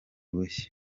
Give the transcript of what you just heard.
bushya